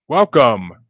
Welcome